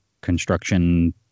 construction